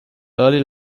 early